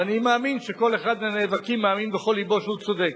ואני מאמין שכל אחד מהנאבקים מאמין בכל לבו שהוא צודק,